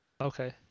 okay